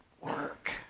work